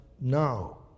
now